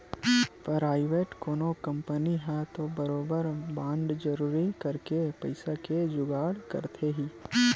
private कोनो company ह तो बरोबर बांड जारी करके पइसा के जुगाड़ करथे ही